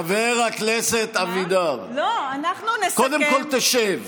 חבר הכנסת אבידר -- אנחנו נסכם --- קודם כול תשב.